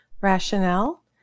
Rationale